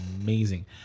amazing